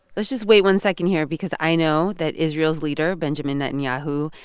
let's just wait one second here because i know that israel's leader, benjamin netanyahu,